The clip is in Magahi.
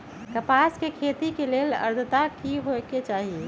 कपास के खेती के लेल अद्रता की होए के चहिऐई?